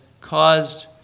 caused